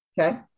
Okay